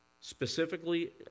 Specifically